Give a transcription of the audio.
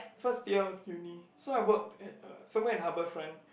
first year of uni so I worked at uh somewhere in Harbourfront